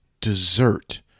dessert